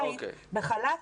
בחל"ת,